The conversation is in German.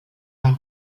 der